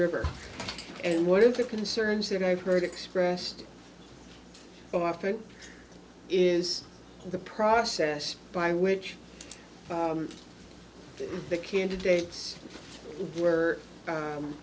river and what if it concerns that i've heard expressed often is the process by which the candidates were